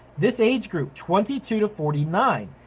this age group twenty two to forty nine,